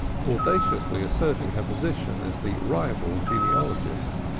audaciously asserting her position as the rival genealogist.